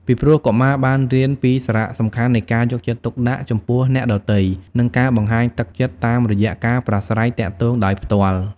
ពីព្រោះ កុមារបានរៀនពីសារៈសំខាន់នៃការយកចិត្តទុកដាក់ចំពោះអ្នកដទៃ និងការបង្ហាញទឹកចិត្តតាមរយៈការប្រាស្រ័យទាក់ទងដោយផ្ទាល់។